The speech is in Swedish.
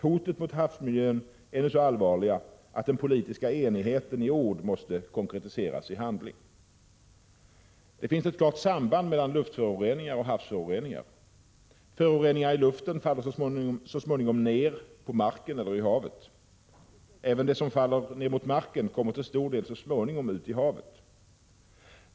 Hoten mot havsmiljön är nu så allvarliga att den politiska enigheten i ord måste konkretiseras till handling. Det finns ett klart samband mellan luftföroreningar och havsföroreningar. Föroreningar i luft faller så småningom ner på marken eller i havet. Även det som faller ner på marken kommer så småningom till stor del ut i havet.